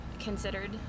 considered